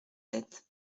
sept